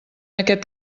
aquest